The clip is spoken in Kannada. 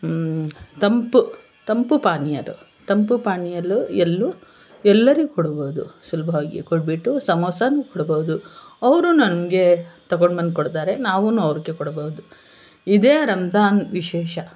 ತಂಪು ತಂಪು ಪಾನೀಯ ತಂಪು ಪಾನೀಯ ಎಲ್ಲೂ ಎಲ್ಲರಿಗೆ ಕೊಡ್ಬೋದು ಸುಲಭವಾಗಿ ಕೊಟ್ಬಿಟ್ಟು ಸಮೋಸನೂ ಕೊಡ್ಬೋದು ಅವರೂ ನನಗೆ ತಗೊಂಡು ಬಂದು ಕೊಡ್ತಾರೆ ನಾವು ಅವ್ರಿಗೆ ಕೊಡ್ಬೋದು ಇದೇ ರಂಜಾನ್ ವಿಶೇಷ